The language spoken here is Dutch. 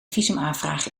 visumaanvraag